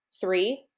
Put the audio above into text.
Three